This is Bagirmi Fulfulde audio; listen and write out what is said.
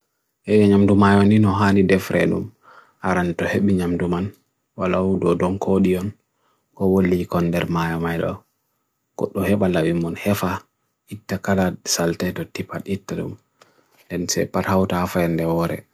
E nyamdumayo nino halidefrenum, arantrehebinyamduman, walau do donkodion, ko wuli kondermayo mailo, kotohebala wimon hefa, itekada salte dutipad iterum, dense parhaut afen deore.